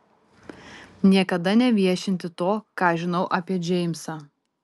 niekada neviešinti to ką žinau apie džeimsą